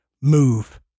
move